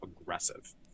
aggressive